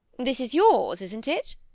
this is yours, isn't it?